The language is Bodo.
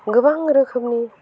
गोबां रोखोमनि